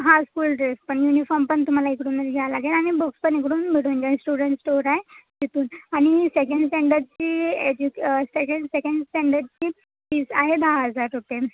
हां school dress पण uniform पण तुम्हाला इकडूनच घ्यावं लागेल आणि बुक्स पण इकडून मिळून जाईल स्टुडंट स्टोअर आहे तिथून आणि सेकंड स्टँडर्डची ह्याची सेकंड सेकंड स्टँडर्डची फीज आहे दहा हजार रुपये